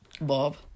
Bob